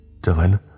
Dylan